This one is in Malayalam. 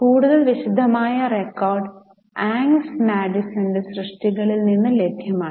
കൂടുതൽ വിശദമായ റെക്കോർഡ് ആംഗസ് മാഡിസന്റെ സൃഷ്ടികളിൽ നിന്ന് ലഭ്യമാണ്